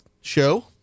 show